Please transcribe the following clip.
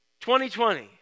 2020